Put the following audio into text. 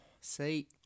See